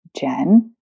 jen